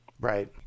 Right